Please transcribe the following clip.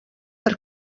per